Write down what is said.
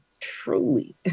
truly